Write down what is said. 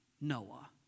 Noah